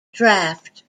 draft